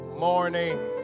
morning